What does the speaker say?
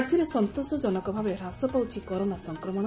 ରାଜ୍ୟରେ ସନ୍ତୋଷଜନକଭାବେ ହ୍ରାସ ପାଉଛି କରୋନା ସଂକ୍ରମଣ